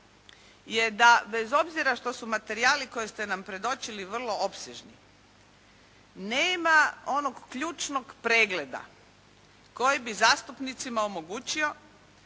je da bez obzira što su materijali koje ste nam predočili vrlo opsežni nema onog ključnog pregleda koji bi zastupnicima omogućio